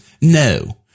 No